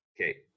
Okay